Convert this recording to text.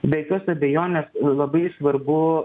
be jokios abejonės labai svarbu